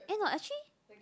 eh no actually